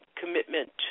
commitment